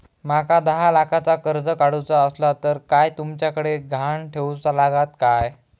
माका दहा लाखाचा कर्ज काढूचा असला तर काय तुमच्याकडे ग्हाण ठेवूचा लागात काय?